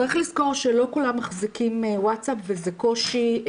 צריך לזכור שלא כולם מחזיקים וואטסאפ וזה קושי.